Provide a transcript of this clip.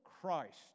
Christ